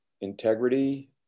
integrity